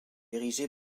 érigé